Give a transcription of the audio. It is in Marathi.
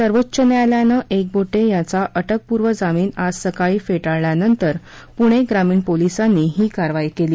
सर्वोच्च न्यायालयानं एकबोटे याचा अटकपूर्व जामीन आज सकाळी फेटाळल्यानंतर पुणे ग्रामीण पोलीसांनी ही कारवाई केली